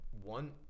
one